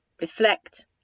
reflect